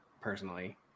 personally